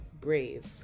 brave